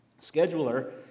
scheduler